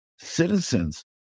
citizens